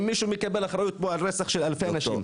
מישהו פה צריך לקבל אחריות על רצח של אלפי אנשים.